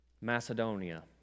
Macedonia